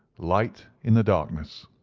light in the darkness.